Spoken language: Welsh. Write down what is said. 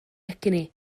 egni